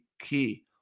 key